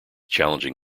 challenging